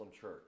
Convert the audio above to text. church